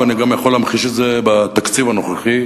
ואני גם יכול להמחיש את זה בתקציב הנוכחי,